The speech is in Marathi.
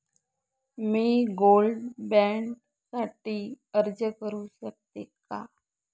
मी गोल्ड बॉण्ड साठी अर्ज करु शकते का?